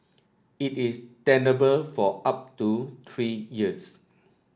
it is tenable for up to three years